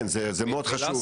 כן, זה מאוד חשוב.